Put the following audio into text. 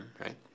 right